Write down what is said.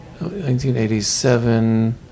1987